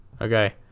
okay